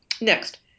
Next